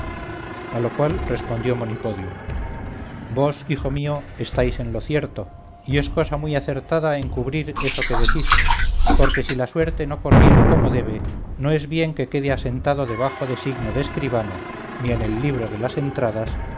a lo cual respondió monipodio vos hijo mío estáis en lo cierto y es cosa muy acertada encubrir eso que decís porque si la suerte no corriere como debe no es bien que quede asentado debajo de signo de escribano ni en el libro de las entradas